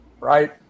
right